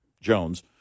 Jones